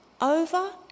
over